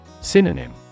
Synonym